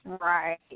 Right